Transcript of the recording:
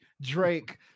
Drake